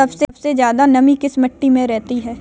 सबसे ज्यादा नमी किस मिट्टी में रहती है?